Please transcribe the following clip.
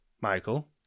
Michael